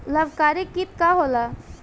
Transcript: लाभकारी कीट का होला?